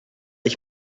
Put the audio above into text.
ich